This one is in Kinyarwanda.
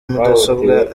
mudasobwa